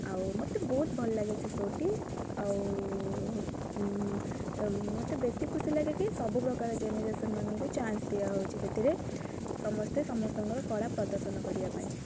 ଆଉ ମୋତେ ବହୁତ ଭଲ ଲାଗେ ସେଇ ଶୋ'ଟି ଆଉ ମୋତେ ବେଶି ଖୁସି ଲାଗେ କି ସବୁ ପ୍ରକାର ଜେନେରେସନ୍ ମାନଙ୍କୁ ଚାନ୍ସ୍ ଦିଆ ହେଉଛି ସେଥିରେ ସମସ୍ତେ ସମସ୍ତଙ୍କର କଳା ପ୍ରଦର୍ଶନ କରିବା ପାଇଁ